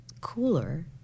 cooler